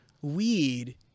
Weed